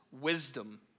wisdom